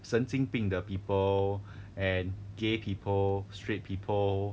神经病的 people and gay people straight people